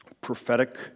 prophetic